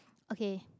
okay